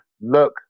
look